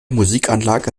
musikanlage